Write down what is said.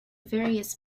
various